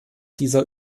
dieser